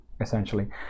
essentially